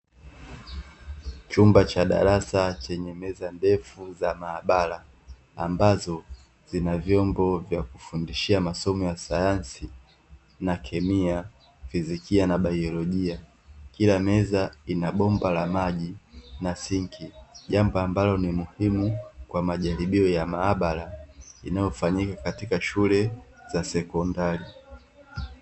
Chumba cha darasa chenye meza ndefu za maabara; ambazo zina vyombo vya kufundishia masomo ya sayansi na kemia, fizikia na baiolojia. Kila meza ina bomba la maji na sinki, jambo ambalo ni muhimu kwa majaribio ya maabara; inayofanyika katika shule za sekondari.